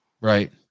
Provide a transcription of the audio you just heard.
Right